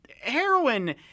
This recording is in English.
heroin